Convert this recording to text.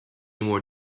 more